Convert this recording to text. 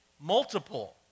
multiple